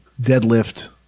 deadlift